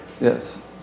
Yes